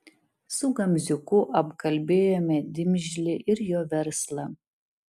su gamziuku apkalbėjome dimžlį ir jo verslą